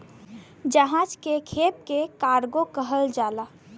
जहाज के खेप के कार्गो कहल जाला